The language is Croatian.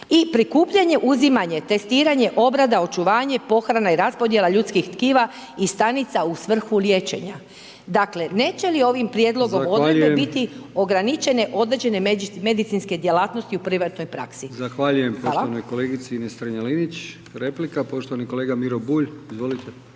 I prikupljanje i uzimanje, testiranje, obrada, očuvanje, pohrana i raspodjela ljudskih tkiva i stanica u svrhu liječenja. Dakle, neće li ovim prijedlogom … biti ograničene određene medicinske djelatnosti u privatnoj praksi? Hvala. **Brkić, Milijan (HDZ)** Zahvaljujem poštovanoj kolegici Ines Strenja Linić. Replika, poštovani kolega Miro Bulj. Izvolite.